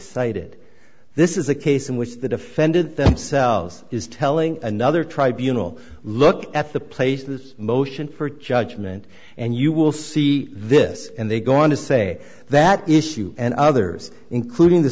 cited this is a case in which the defendant themselves is telling another tribunals look at the place of this motion for judgment and you will see this and they go on to say that issue and others including the